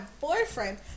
boyfriend